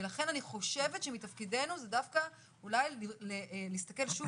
ולכן אני חושבת שמתפקידנו זה דווקא אולי להסתכל שוב